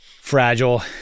fragile